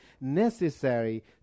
necessary